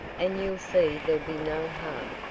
and you'll see there'll be no harm,